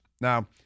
Now